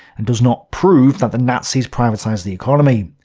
and does not prove that the nazis privatized the economy.